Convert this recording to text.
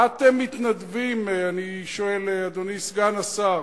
מה אתם מתנדבים, אני שואל, אדוני סגן השר,